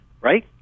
right